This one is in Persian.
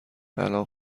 الان